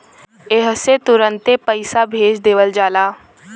एह से तुरन्ते पइसा भेज देवल जाला